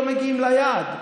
לא מגיעים ליעד,